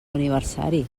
aniversari